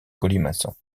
colimaçon